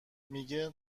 میگه